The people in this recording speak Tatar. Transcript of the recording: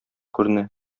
күренә